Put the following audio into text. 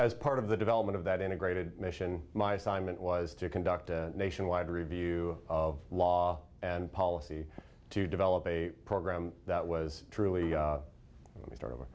as part of the development of that integrated mission my assignment was to conduct a nationwide review of law and policy to develop a program that was truly the start o